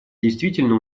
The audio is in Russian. действительно